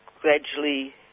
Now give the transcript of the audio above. gradually